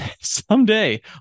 someday